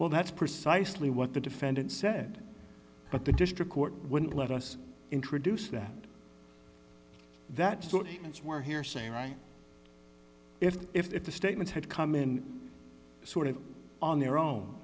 well that's precisely what the defendant said but the district court wouldn't let us introduce that that so that's where hearsay right if if the statements had come in sort of on their own